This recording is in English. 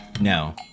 no